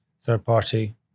third-party